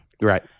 Right